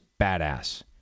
badass